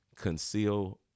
conceal